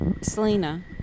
Selena